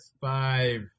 five